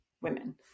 women